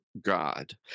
God